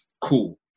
Cool